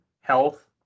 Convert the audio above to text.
health